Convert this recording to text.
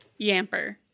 Yamper